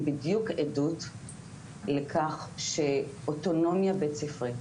בדיוק עדות לכך של אוטונומיה בית ספרית.